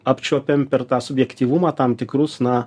apčiuopiam per tą subjektyvumą tam tikrus na